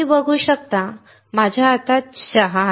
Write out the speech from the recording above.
तुम्ही बघू शकता माझ्या हातात चहा आहे